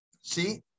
See